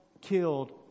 killed